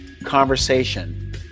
Conversation